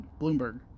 Bloomberg